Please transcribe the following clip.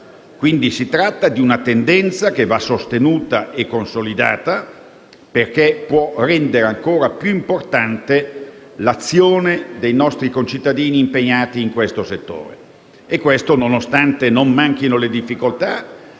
quindi, di una tendenza che deve essere sostenuta e consolidata, perché può rendere ancora più importante l’azione dei nostri concittadini impegnati in questo settore; e questo nonostante non manchino le difficoltà,